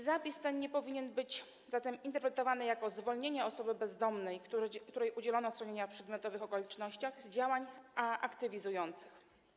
Zapis ten nie powinien być zatem interpretowany jako zwolnienie osoby bezdomnej, której udzielono schronienia w przedmiotowych okolicznościach, z działań aktywizujących.